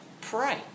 Pray